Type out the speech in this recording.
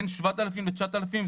בין 7,000 ל-9,000,